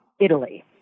Italy